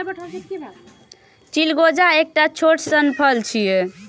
चिलगोजा एकटा छोट सन फल छियै